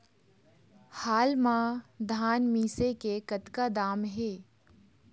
हाल मा धान मिसे के कतका दाम हे?